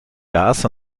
gas